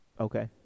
okay